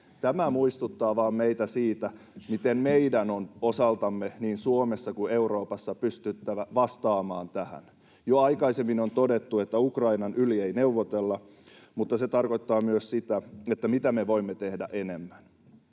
vaan muistuttaa meitä siitä, miten meidän on osaltamme niin Suomessa kuin Euroopassa pystyttävä vastaamaan tähän. Jo aikaisemmin on todettu, että Ukrainan yli ei neuvotella, mutta se tarkoittaa myös sitä, mitä me voimme tehdä enemmän.